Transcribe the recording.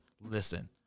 listen